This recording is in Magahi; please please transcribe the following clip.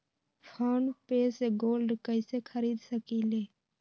फ़ोन पे से गोल्ड कईसे खरीद सकीले?